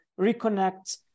reconnect